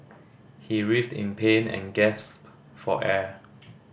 he writhed in pain and gasped for air